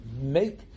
make